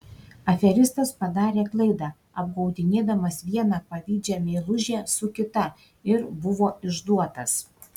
aferistas padarė klaidą apgaudinėdamas vieną pavydžią meilužę su kita ir buvo išduotas